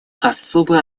особо